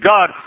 God